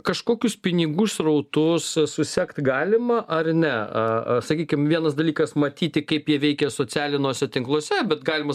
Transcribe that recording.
kažkokius pinigų srautus susekt galima ar ne a a sakykim vienas dalykas matyti kaip jie veikia socialinuose tinkluose bet galima